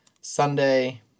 Sunday